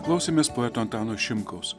klausėmės poeto antano šimkaus